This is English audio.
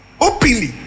openly